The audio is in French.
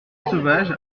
sauvage